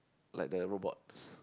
like the robots